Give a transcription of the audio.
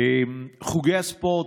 חוגי ספורט,